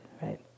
right